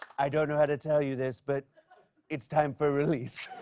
i don't know how to tell you this, but it's time for release.